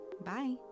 Bye